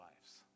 lives